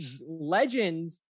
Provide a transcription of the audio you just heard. Legends